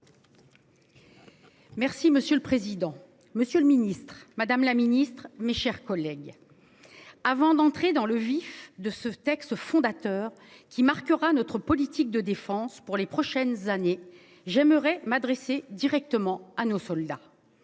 Merci monsieur le président, Monsieur le Ministre Madame la Ministre, mes chers collègues. Avant d'entrer dans le vif de ce texte fondateur qui marquera notre politique de défense pour les prochaines années. J'aimerais m'adresser directement à nos soldats.